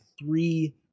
three